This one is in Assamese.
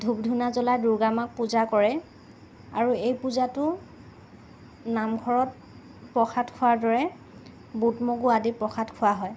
ধূপ ধূনা জ্বলাই দুৰ্গা মাক পূজা কৰে আৰু এই পূজাটো নামঘৰত প্ৰসাদ খোৱাৰ দৰে বুট মগু আদি প্ৰসাদ খোৱা হয়